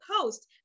post